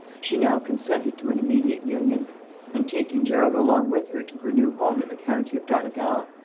she now consented to an immediate union and taking gerald along with her to her new home in the county of donegal,